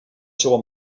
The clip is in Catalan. seua